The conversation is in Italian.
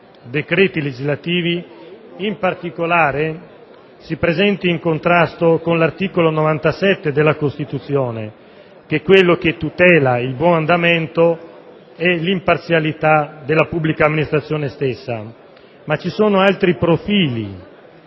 decreti legislativi in particolare si presenti in contrasto con l'articolo 97 della Costituzione che è quello che tutela il buon andamento e l'imparzialità della pubblica amministrazione, ma ci sono altri profili